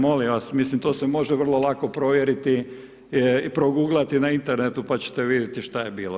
Molim vas, mislim to se može vrlo lako provjeriti i proguglati na internetu pa ćete vidjeti što je bilo.